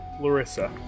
Larissa